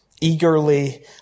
eagerly